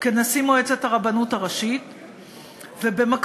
כנשיא מועצת הרבנות הראשית, ובמקביל,